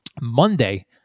Monday